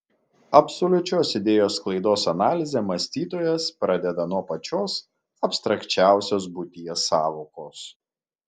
absoliučios idėjos sklaidos analizę mąstytojas pradeda nuo pačios abstrakčiausios būties sąvokos